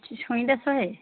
ଛୁଇଁଟା ଶହେ